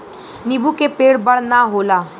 नीबू के पेड़ बड़ ना होला